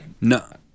no